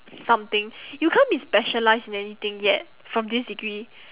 something you can't be specialised in anything yet from this degree